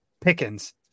pickens